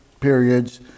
periods